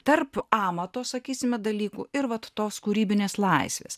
tarp amato sakysime dalykų ir vat tos kūrybinės laisvės